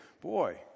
Boy